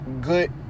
good